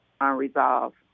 unresolved